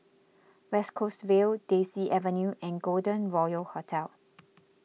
West Coast Vale Daisy Avenue and Golden Royal Hotel